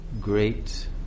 great